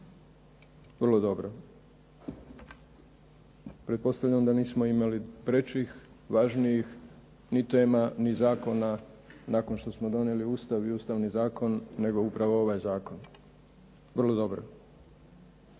Vrlo dobro. Pretpostavljam da nismo imali prećih, važnijih ni tema ni zakona nakon što smo donijeli Ustav i Ustavni zakon nego upravo ovaj zakon. Vrlo dobro.